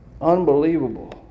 Unbelievable